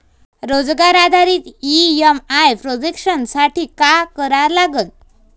रोजगार आधारित EMI projection साठी का करा लागन?